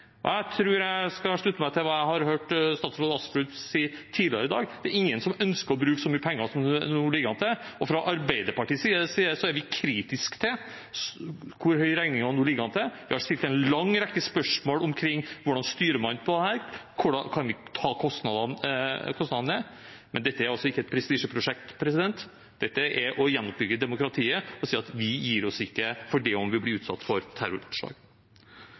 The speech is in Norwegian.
og jeg tror jeg skal slutte meg til hva jeg har hørt statsråd Astrup si tidligere i dag, at det er ingen som ønsker å bruke så mye penger som det nå ligger an til. Og fra Arbeiderpartiets side er vi kritiske til hvor stor regningen nå ligger an til å bli. Vi har stilt en lang rekke spørsmål omkring hvordan man styrer dette, om hvordan vi kan ta kostnadene ned, men dette er altså ikke et prestisjeprosjekt. Dette er å gjenoppbygge demokratiet og si at vi gir oss ikke fordi om vi blir utsatt for